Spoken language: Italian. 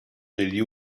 degli